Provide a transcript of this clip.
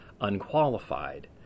unqualified